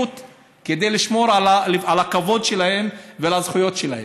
כדי לשמור על הכבוד שלהם ועל הזכויות שלהם.